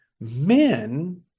men